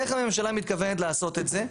איך הממשלה מתכוונת לעשות את זה?